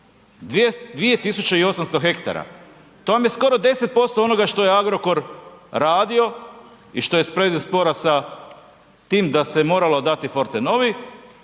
2800 hektara, to vam je skoro 10% onoga što je Agrokor radio i što je predmet spora sa tim da se moralo dati Fortenovi,